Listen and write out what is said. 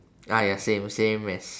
ah ya same same as